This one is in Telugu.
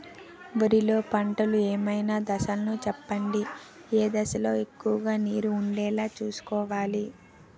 వరిలో పంటలు ఏమైన దశ లను చెప్పండి? ఏ దశ లొ ఎక్కువుగా నీరు వుండేలా చుస్కోవలి?